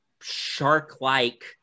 shark-like